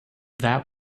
that